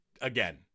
again